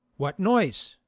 what noise,